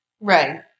right